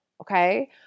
okay